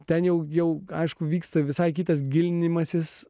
ten jau jau aišku vyksta visai kitas gilinimasis